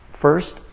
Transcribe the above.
first